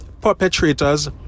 perpetrators